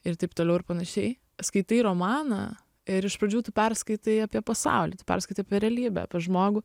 ir taip toliau ir panašiai skaitai romaną ir iš pradžių tu perskaitai apie pasaulį tu perskaitai apie realybę apie žmogų